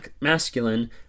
masculine